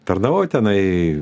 tarnavau tenai